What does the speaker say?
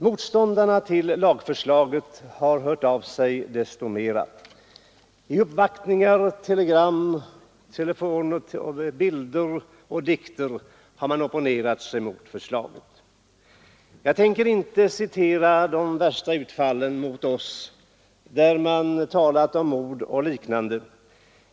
Motståndarna till lagförslaget har hört av sig desto mera. I uppvaktningar, telegram, telefonsamtal, bilder och dikter har man opponerat sig mot förslaget. Jag tänker inte citera de värsta utfallen mot oss, där det talas om mord och liknande.